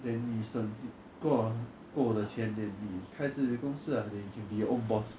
then 你省够够的钱 then 你开自己的公司 lah then you can be your own boss